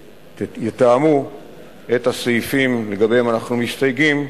יתאמו עם הממשלה בתהליך ההכנה את הסעיפים שלגביהם אנחנו מסתייגים.